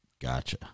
Gotcha